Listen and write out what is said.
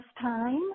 Time